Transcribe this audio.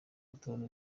rutonde